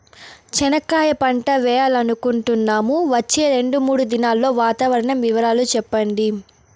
చెనక్కాయ పంట వేయాలనుకుంటున్నాము, వచ్చే రెండు, మూడు దినాల్లో వాతావరణం వివరాలు చెప్పండి?